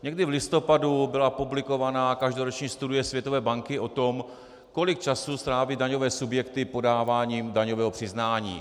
Někdy v listopadu byla publikovaná každoroční studie Světové banky o tom, kolik času stráví daňové subjekty podáváním daňového přiznání.